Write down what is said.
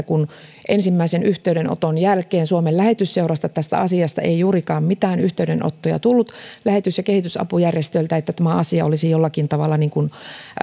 kun ensimmäisen yhteydenoton jälkeen suomen lähetysseurasta tästä asiasta ei juurikaan mitään yhteydenottoja tullut lähetys ja kehitysapujärjestöiltä tämä asia olisi jollakin tavalla